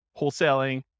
wholesaling